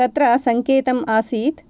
तत्र सङ्केतम् आसीत्